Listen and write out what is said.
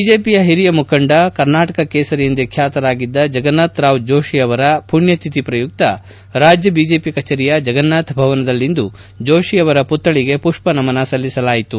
ಬಿಜೆಪಿಯ ಹಿರಿಯ ಮುಖಂಡರು ಮಾರ್ಗದರ್ಶಕರೂ ಆಗಿದ್ದ ಕರ್ನಾಟಕ ಕೇಸರಿ ಎಂದೇ ಖ್ಯಾತರಾಗಿದ್ದ ಜಗನ್ನಾಥ ರಾವ್ ಜೋಷಿ ಯವರ ಪುಣ್ಕತಿಥಿ ಪ್ರಯುಕ್ತ ರಾಜ್ಯ ಬಿಜೆಪಿ ಕಚೇರಿಯ ಜಗನ್ನಾಥ ಭವನದಲ್ಲಿಂದು ಜೋಷಿಯವರ ಪುತ್ಪಳಿಗೆ ಪುಷ್ಪ ನಮನ ಸಲ್ಲಿಸಲಾಯಿತು